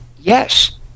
Yes